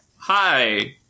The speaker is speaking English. Hi